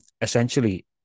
essentially